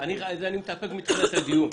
אני מתאפק מתחילת הדיון,